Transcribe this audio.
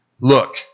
Look